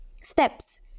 steps